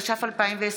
התש"ף 2020,